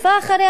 מוקדם: